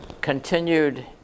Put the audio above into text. continued